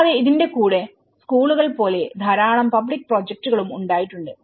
കൂടാതെ ഇതിന്റെ കൂടെ സ്കൂളുകൾ പോലെ ധാരാളം പബ്ലിക് പ്രൊജക്ടുകളും ഉണ്ടായിട്ടുണ്ട്